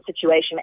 situation